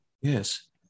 Yes